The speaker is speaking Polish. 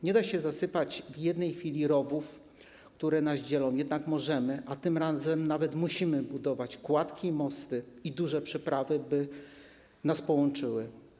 Nie da się zasypać w jednej chwili rowów, które nas dzielą, jednak możemy, a tym razem nawet musimy budować kładki i mosty, i duże przeprawy, by nas połączyły.